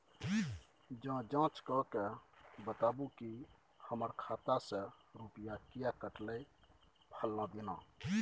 ज जॉंच कअ के बताबू त हमर खाता से रुपिया किये कटले फलना दिन?